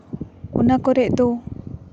ᱚᱱᱟ ᱠᱚᱨᱮᱫ ᱫᱚ